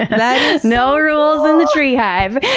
ah no rules in the tree hive!